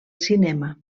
cinema